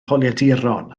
holiaduron